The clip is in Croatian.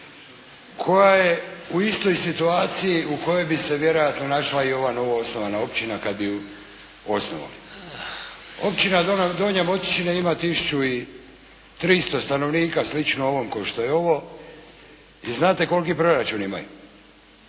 koja je u istoj situaciji u kojoj bi se vjerojatno našla i ova novoosnovana općina kad bi ju osnovali. Općina Donja Motičina ima tisuću i 300 stanovnika, slično ovom kao što je ovo, i znate koliki proračun imaju?